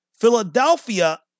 Philadelphia